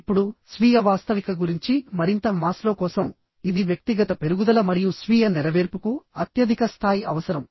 ఇప్పుడు స్వీయ వాస్తవికత గురించి మరింతః మాస్లో కోసం ఇది వ్యక్తిగత పెరుగుదల మరియు స్వీయ నెరవేర్పుకు అత్యధిక స్థాయి అవసరం